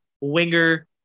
winger